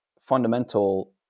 fundamental